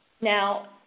now